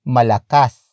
Malakas